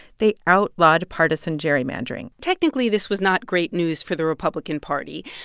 they outlawed partisan gerrymandering technically, this was not great news for the republican party,